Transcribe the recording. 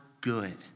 good